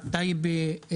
בטייבה,